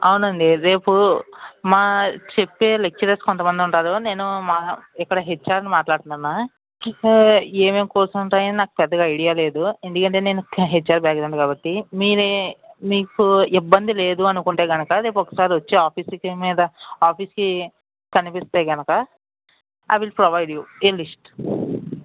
అవునండి రేపు మా చెప్పే లెక్చరర్స్ కొంతమంది ఉంటారు నేను మా ఇక్కడ హెచ్ఆర్ని మాట్లాడుతున్నాను ఇక్కడ ఏమేమి కోర్సులు ఉంటాయో నాకు పెద్దగా ఐడియా లేదు ఎందుకంటే నేను హెచ్ఆర్ బ్యాక్ గ్రౌండ్ కాబట్టి మీరు మీకు ఇబ్బంది లేదు అనుకుంటే గనుక రేపు ఒకసారి వచ్చి ఆఫీస్కి మీద ఆఫీస్కి కనిపిస్తే గనుక ఐ విల్ ప్రొవైడ్ యూ ఈ లిస్ట్